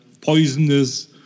poisonous